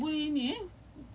my exchange to